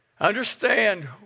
Understand